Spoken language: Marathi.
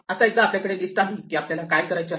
आता एकदा आपल्याकडे लिस्ट आली की आपल्याला काय करायचे आहे